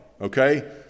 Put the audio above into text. okay